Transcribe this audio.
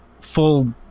full